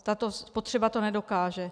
Tato spotřeba to nedokáže.